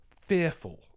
fearful